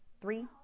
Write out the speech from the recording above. Three